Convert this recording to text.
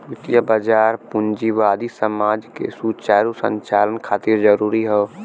वित्तीय बाजार पूंजीवादी समाज के सुचारू संचालन खातिर जरूरी हौ